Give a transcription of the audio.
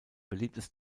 beliebtes